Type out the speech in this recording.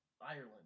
Ireland